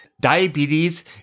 diabetes